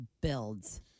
builds